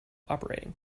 operating